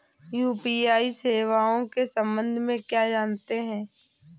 UPI सेवाओं के संबंध में क्या जानते हैं?